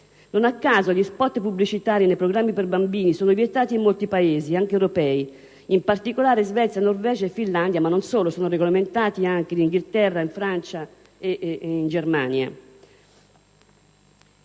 Non a caso gli *spot* pubblicitari nei programmi per bambini sono vietati anche in molti Paesi europei: in particolare in Svezia, Norvegia e Finlandia, ma non solo; sono regolamentati anche in Inghilterra, Francia e Germania.